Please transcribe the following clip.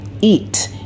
eat